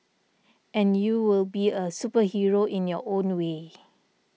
and you will be a superhero in your own way